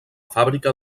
fàbrica